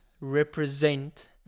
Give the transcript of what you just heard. represent